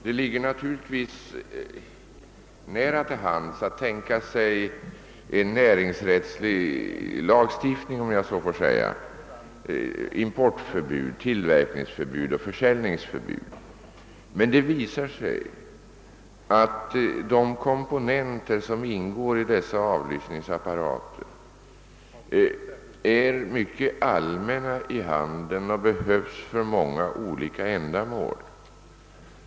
Det ligger naturligtvis nära till hands att tänka sig en näringsrättslig lagstiftning, om jag så får säga — importförbud, tillverkningsförbud och försäljningsförbud. Men det visar sig att de komponenter som ingår i dessa avlyssningsapparater är mycket allmänna i handeln och behövs för många olika ändamål.